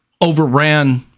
overran